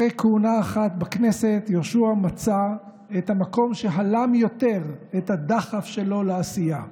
אחרי כהונה אחת בכנסת יהושע מצא את המקום שהלם יותר את הדחף שלו לעשייה.